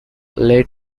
late